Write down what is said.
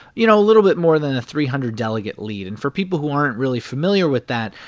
you know, a little bit more than a three hundred delegate lead. and for people who aren't really familiar with that,